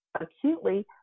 acutely